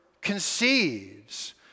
conceives